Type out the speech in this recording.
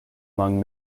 among